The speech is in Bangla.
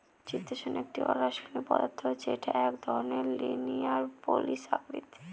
চিতোষণ একটি অরাষায়নিক পদার্থ যেটা এক ধরনের লিনিয়ার পলিসাকরীদ